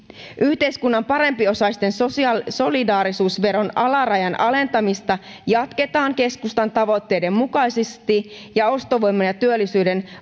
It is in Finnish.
yhteiskunnan parempiosaisten solidaarisuusveron alarajan alentamista jatketaan keskustan tavoitteiden mukaisesti ja ostovoiman ja työllisyyden